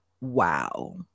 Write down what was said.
Wow